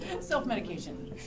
Self-medication